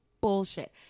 bullshit